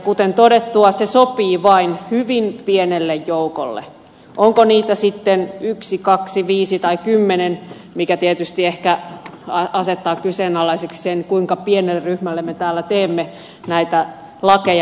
kuten todettua se sopii vain hyvin pienelle joukolle onko niitä sitten yksi kaksi viisi tai kymmenen mikä tietysti ehkä asettaa kyseenalaiseksi sen kuinka pienelle ryhmälle me täällä teemme näitä lakeja